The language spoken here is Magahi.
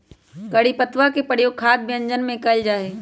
करी पत्तवा के प्रयोग खाद्य व्यंजनवन में कइल जाहई